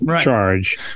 charge